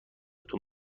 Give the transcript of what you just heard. تون